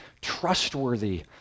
trustworthy